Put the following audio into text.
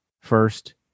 first